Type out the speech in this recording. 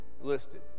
listed